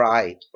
Right